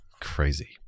Crazy